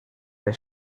der